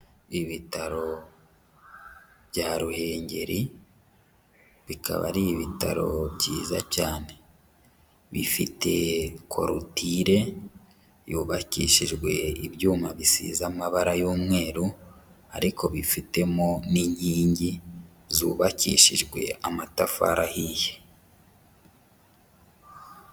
Ibitaro bya Ruhengeri bikaba ari ibitaro byiza cyane, bifite korutire yubakishijwe ibyuma bisize amabara y'umweru ariko bifitemo n'inkingi zubakishijwe amatafari ahiye.